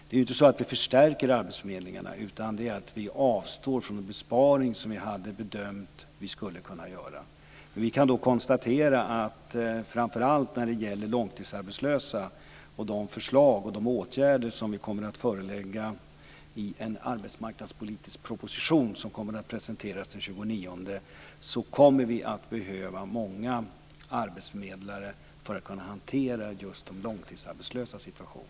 Det är inte så att vi förstärker arbetsförmedlingarna, utan vi avstår från den besparing som vi hade bedömt att vi skulle kunna göra. Framför allt när det gäller långtidsarbetslösa och de förslag och åtgärder som vi kommer att förelägga i en arbetsmarknadspolitisk proposition som kommer att presenteras den 29 kan vi konstatera att vi kommer att behöva många arbetsförmedlare för att hantera de långtidsarbetslösas situation.